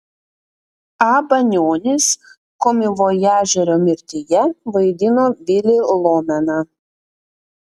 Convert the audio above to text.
a banionis komivojažerio mirtyje vaidino vilį lomeną